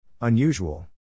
Unusual